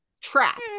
trap